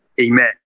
Amen